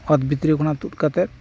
ᱚᱛ ᱵᱷᱤᱛᱨᱤ ᱠᱷᱚᱱᱟᱜ ᱛᱩᱫ ᱠᱟᱛᱮᱫ